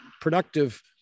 productive